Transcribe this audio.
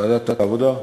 ועדת העבודה.